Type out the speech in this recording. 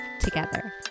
together